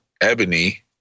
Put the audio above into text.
Ebony